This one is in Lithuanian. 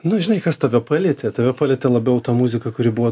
nu žinai kas tave palietė tave palietė labiau ta muzika kuri buvo